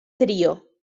trio